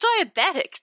diabetic